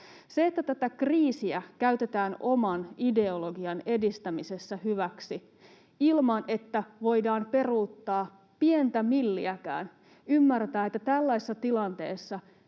Tätä kriisiä käytetään oman ideologian edistämisessä hyväksi, ilman että voidaan peruuttaa pientä milliäkään ja ymmärtää, että tällaisessa tilanteessa